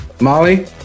Molly